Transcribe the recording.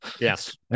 Yes